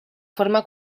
forma